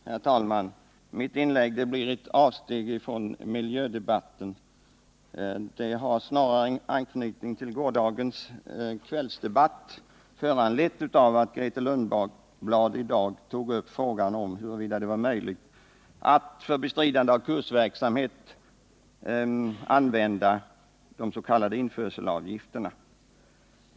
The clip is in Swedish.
Herr talman! Mitt inlägg blir ett avsteg från miljödebatten. Det har snarare anknytning till gårdagens kvällsdebatt och är föranlett av att Grethe Lundblad i dag tog upp frågan huruvida det var möjligt att använda de s.k. införselavgifterna för bestridande av kostnader för kursverksamhet på jordbruksområdet.